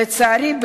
לצערי,